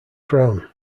crown